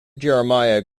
jeremiah